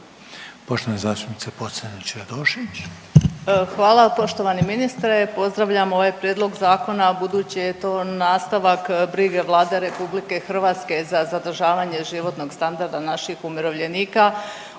**Pocrnić-Radošević, Anita (HDZ)** Hvala. Poštovani ministre pozdravljam ovaj prijedlog zakona budući je to nastavak brige Vlade RH za zadržavanje životnog standarda naših umirovljenika.